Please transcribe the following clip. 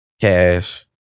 Cash